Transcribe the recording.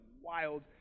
wild